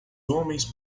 homens